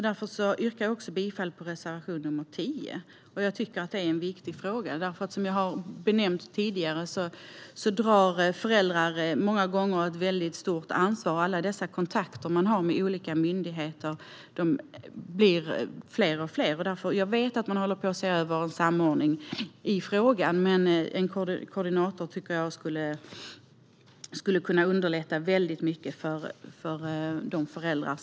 Därför yrkar jag bifall också till reservation 10. Det är en viktig fråga. Som jag har nämnt tidigare har föräldrar många gånger ett väldigt stort ansvar med alla dessa kontakter de har med olika myndigheter som blir allt fler. Jag vet att man håller på att se över en samordning i frågan. Men en koordinator skulle kunna underlätta väldigt mycket för dessa föräldrar.